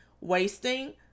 wasting